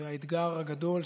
והאתגר הגדול,